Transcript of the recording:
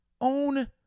own